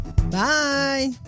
Bye